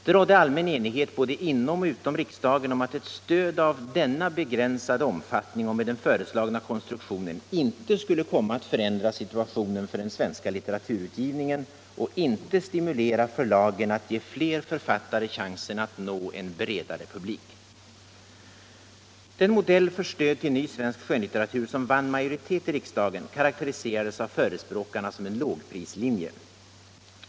Det rådde allmän enighet både inom och utom riksdagen om alt ett stöd av denna begränsade omfattning och med den föreslagna konstruktionen inte skulle komma att förändra situationen för den svenska litteraturutgivningen och inte stimulera förlagen att ge fler författare chansen att nå en bredare publik. Den modell för stöd till ny svensk skönlitteratur som vann majoritet i riksdagen karakteriserades av förespråkarna som en lågprislinje.